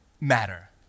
matter